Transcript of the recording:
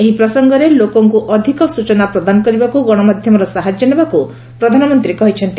ଏହି ପ୍ରସଙ୍ଗରେ ଲୋକଙ୍କୁ ଅଧିକ ସୂଚନା ପ୍ରଦାନ କରିବାକୁ ଗଣମାଧ୍ୟମର ସାହାଯ୍ୟ ନେବାକୁ ପ୍ରଧାନମନ୍ତ୍ରୀ କହିଛନ୍ତି